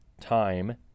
time